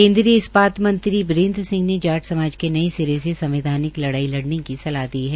केन्द्रीय इस्पताल मंत्री बीरेन्द्र सिंह ने जाट समाज के नए सिरे से संवैधानिक लड़ाई लड़ने की सलाह दी है